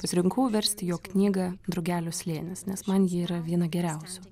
pasirinkau versti jo knygą drugelių slėnis nes man ji yra viena geriausių